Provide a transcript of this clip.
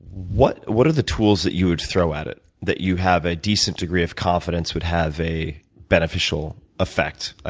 what what are the tools that you would throw at it that you have a decent degree of confidence would have a beneficial effect?